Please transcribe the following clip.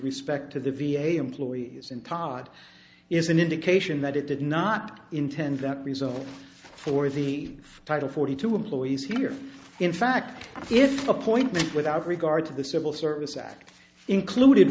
respect to the v a employees and todd is an indication that it did not intend that result for the title forty two employees here in fact if appointment without regard to the civil service act included